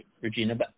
Regina